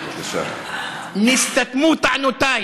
נסתתמו טענותיי,